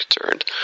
concerned